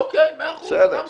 אוקיי, מאה אחוז, גם זכותך.